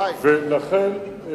לכן,